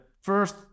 first